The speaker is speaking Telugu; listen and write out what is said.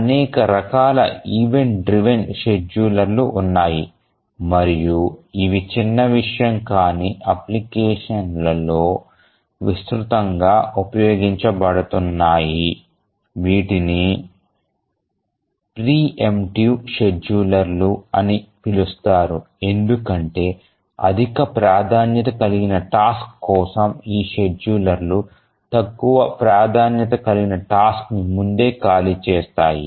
అనేక రకాల ఈవెంట్ డ్రివెన్ షెడ్యూలర్లు ఉన్నాయి మరియు ఇవి చిన్న విషయం కాని అప్లికేషన్లలో విస్తృతంగా ఉపయోగించబడుతున్నాయి వీటిని ప్రీ ఎమ్ప్టివ్ షెడ్యూలర్లు అని పిలుస్తారు ఎందుకంటే అధిక ప్రాధాన్యత కలిగిన టాస్క్ కోసం ఈ షెడ్యూలర్లు తక్కువ ప్రాధాన్యత కలిగిన టాస్క్ ని ముందే ఖాళీ చేస్తాయి